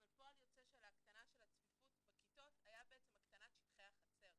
אבל פועל יוצא של ההקטנה של הצפיפות בכיתות היה הקטנת שטחי החצר,